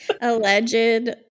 Alleged